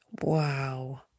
Wow